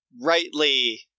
rightly